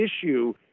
issue